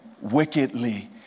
wickedly